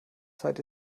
zahlt